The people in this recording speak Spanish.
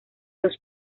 los